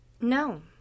No